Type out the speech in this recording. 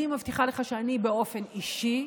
אני מבטיחה לך שאני באופן אישי,